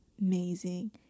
amazing